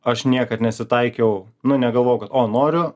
aš niekad nesitaikiau nu negalvojau kad o noriu